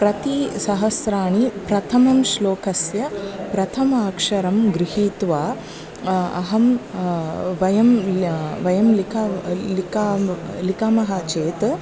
प्रति सहस्राणि प्रथमं श्लोकस्य प्रथमाक्षरं गृहीत्वा अहं वयं ल् वयं लिखामः लिखामःलिखामः चेत्